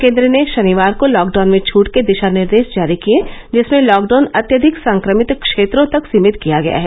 केंद्र ने शनिवार को लॉकडाउन में छूट के दिशा निर्देश जारी किए जिसमें लॉकड़ाउन अत्यधिक संक्रमित क्षेत्रों तक सीमित किया गया है